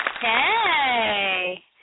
Hey